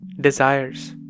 desires